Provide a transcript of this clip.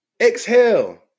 exhale